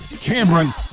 Cameron